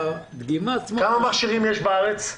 כמה מכשירים יש בארץ?